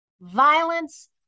violence